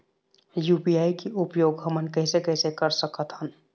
UPI के उपयोग हमन कैसे कैसे कर सकत हन?